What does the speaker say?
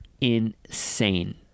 insane